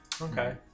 okay